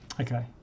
Okay